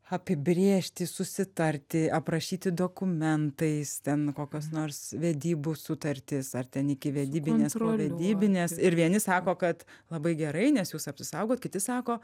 apibrėžti susitarti aprašyti dokumentais ten kokios nors vedybų sutartys ar ten iki vedybinės povedybinės ir vieni sako kad labai gerai nes jūs apsisaugot kiti sako